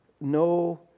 no